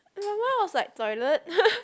in my mind I was like toilet